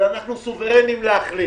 אבל אנחנו סוברניים להחליט.